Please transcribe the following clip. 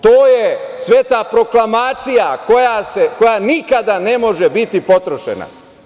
To je sveta proklamacija koja nikada ne može biti potrošena.